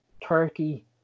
Turkey